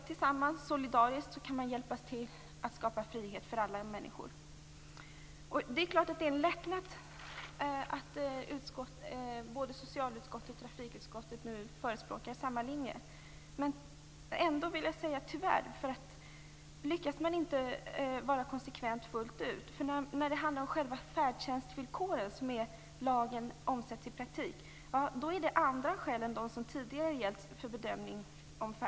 Tillsammans, solidariskt, kan vi hjälpas åt att skapa frihet för alla människor. Det är klart att det är en lättnad att socialutskottet och trafikutskottet nu förespråkar samma linje, men tyvärr lyckas utskotten inte vara konsekventa fullt ut. Vad gäller själva färdtjänstvillkoren, dvs. hur lagen omsätts i praktiken, gäller nämligen andra skäl för bedömning.